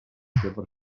distracció